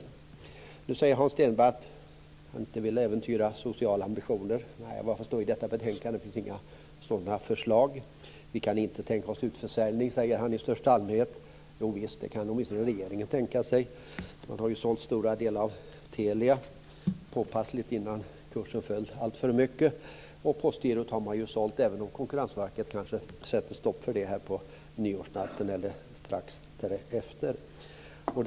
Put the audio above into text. Hans Stenberg säger nu att han inte vill äventyra sociala ambitioner, men det finns i betänkandet inga förslag i den riktningen. Vi kan inte tänka oss utförsäljning, säger han i största allmänhet, men det kan åtminstone regeringen tänka sig. Den sålde ju påpassligt stora delar av Telia innan kursen föll alltför mycket. Man har också sålt Postgirot, även om Konkurrensverket kanske kommer att sätta stopp för det strax efter nyårsnatten.